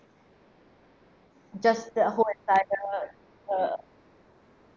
just the whole entire the